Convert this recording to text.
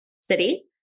city